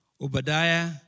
Obadiah